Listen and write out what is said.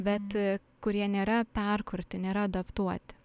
bet kurie nėra perkurti nėra adaptuoti